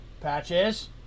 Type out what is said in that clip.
Patches